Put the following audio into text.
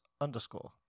Underscore